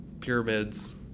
pyramids